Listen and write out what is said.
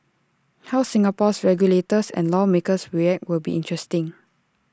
how Singapore's regulators and lawmakers will react will be interesting